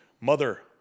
Mother